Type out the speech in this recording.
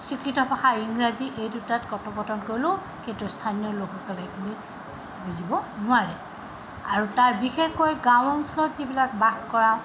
স্বীকৃত ভাষা আৰু ইংৰাজী এই দুটাত কথোপকথন কৰোঁ কিন্তু স্থানীয় লোকসকলে সেইখিনি বুজিব নোৱাৰে আৰু তাৰ বিশেষকৈ গাঁও অঞ্চলত যিবিলাক বাস কৰা